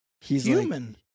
Human